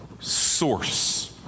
source